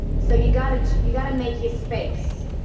so you gotta you gotta make your space,